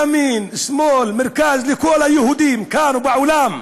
ימין, שמאל, מרכז, לכל היהודים כאן ובעולם: